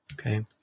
okay